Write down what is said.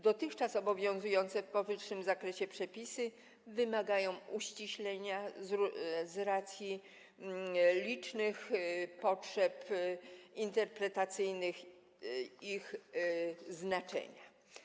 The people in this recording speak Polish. Dotychczas obowiązujące w powyższym zakresie przepisy wymagają uściślenia z racji licznych potrzeb interpretacyjnych dotyczących ich znaczenia.